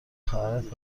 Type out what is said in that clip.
خواهرت